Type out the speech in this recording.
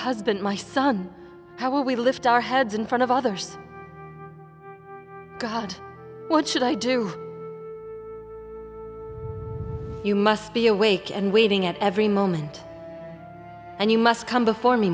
husband my son how we lift our heads in front of others god what should i do you must be awake and waving at every moment and you must come before me